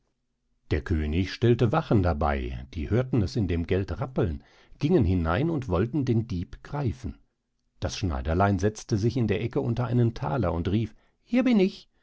der könig stellte wachen dabei die hörten es in dem geld rappeln gingen hinein und wollten den dieb greifen das schneiderlein setzte sich in der ecke unter einen thaler und rief hier bin ich